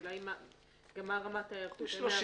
השאלה היא מה רמת ההיערכות,